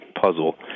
puzzle